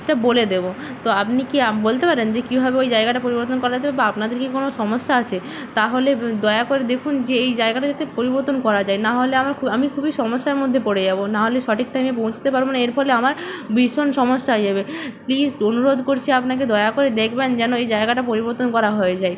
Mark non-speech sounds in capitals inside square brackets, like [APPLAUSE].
সেটা বলে দেব তো আপনি কী বলতে পারেন যে কীভাবে ওই জায়গাটা পরিবর্তন করা যাবে বা আপনাদের কি কোনো সমস্যা আছে তাহলে দয়া করে দেখুন যে এই জায়গাটা যাতে পরিবর্তন করা যায় নাহলে আমি খু [UNINTELLIGIBLE] আমি খুবই সমস্যার মধ্যে পড়ে যাব না হলে সঠিক টাইমে পৌঁছতে পারব না এর ফলে আমার ভীষণ সমস্যা হয়ে যাবে প্লিস অনুরোধ করছি আপনাকে দয়া করে দেখবেন যেন এই জায়গাটা পরিবর্তন করা হয়ে যায়